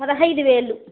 పదిహేను వేలు